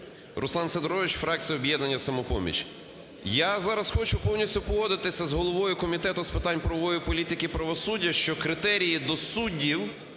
Руслан Сидорович, фракція об'єднання "Самопоміч". Я зараз хочу повністю погодитися з головою Комітету з питань правової політики і правосуддя, що критерії до суддів